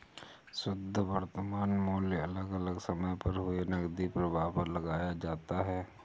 शुध्द वर्तमान मूल्य अलग अलग समय पर हुए नकदी प्रवाह पर लगाया जाता है